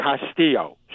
Castillo